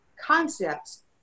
concepts